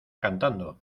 cantando